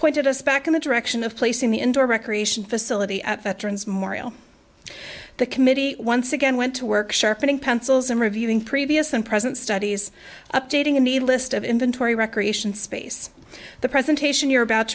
pointed us back in the direction of placing the indoor recreation facility at veterans memorial the committee once again went to work sharpening pencils and reviewing b s and present studies updating a need list of inventory recreation space the presentation you're about